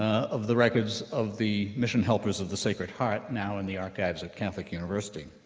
of the records of the mission helpers of the sacred heart, now in the archives of catholic university.